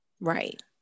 Right